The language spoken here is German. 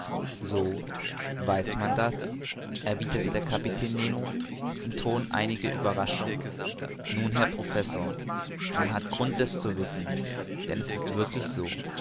so man weiß das erwiderte der kapitän nemo im ton einiger ueberraschung nun herr professor man hat grund es zu wissen denn es ist wirklich so